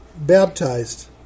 baptized